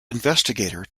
investigator